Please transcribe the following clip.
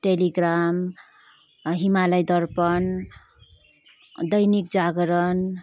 Telegram Himalaya Darpan Dainik Jagran